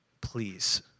please